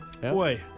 Boy